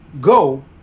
go